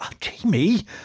Jamie